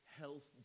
health